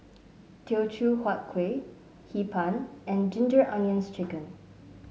Teochew Huat Kueh Hee Pan and Ginger Onions chicken